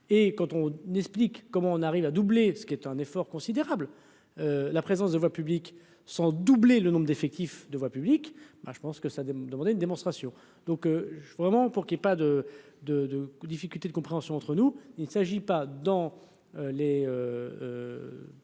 et quand on n'explique comment on arrive à doubler, ce qui est un effort considérable, la présence de voie publique cent doubler le nombre d'effectifs de voie publique. Ben je pense que ça demander une démonstration, donc je suis vraiment pour qu'il y ait pas de, de, de difficultés de compréhension entre nous, il s'agit, pas dans les